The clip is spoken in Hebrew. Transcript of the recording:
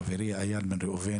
חברי חבר הכנסת יאיר גולן,